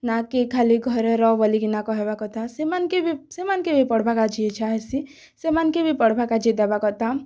ନାଁ'କେ ଖାଲି ଘରେ ରହ ବୋଲିକିନା କହେବା କଥା ସେମାନ୍କେ ବି ପଢ଼ବା କା'ଯେ ଇଚ୍ଛା ହେସି ସେମାନ୍କେ ବି ପଢ଼ବା କା'ଯେ ଦେବାର୍ କଥା